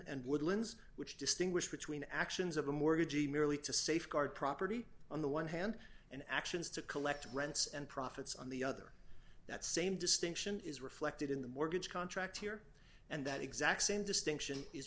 woodlands which distinguish between actions of the mortgagee merely to safeguard property on the one hand and actions to collect rents and profits on the other that same distinction is reflected in the mortgage contract here and that exact same distinction is